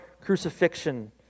crucifixion